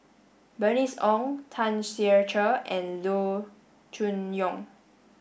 Bernice Ong Tan Ser Cher and Loo Choon Yong